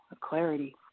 Clarity